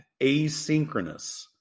asynchronous